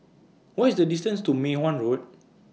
What IS The distance to Mei Hwan Road